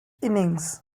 innings